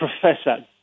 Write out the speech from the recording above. Professor